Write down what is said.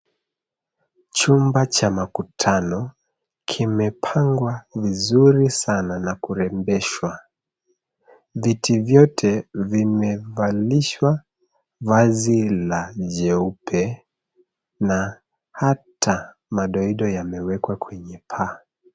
CHumba cha makutano kimepangwa vizuri sana na kurembeshwa. Viti vyote vimevalishwa vazi la jeupe na hata madoido yamewekwa kwenye paa.